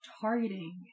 targeting